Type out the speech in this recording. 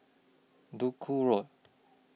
Duku Road